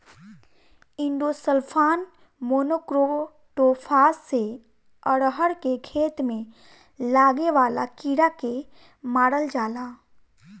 endosulfan, monocrotophos से अरहर के खेत में लागे वाला कीड़ा के मारल जाला